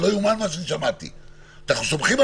זה לא יאומן מה שאני שמעתי...איך אמרת?